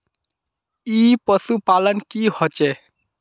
ई पशुपालन की होचे?